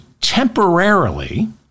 temporarily